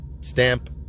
stamp